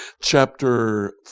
Chapter